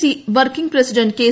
C working president K